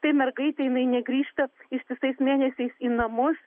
tai mergaitei jinai negrįžta ištisais mėnesiais į namus